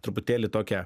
truputėlį tokią